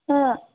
অঁ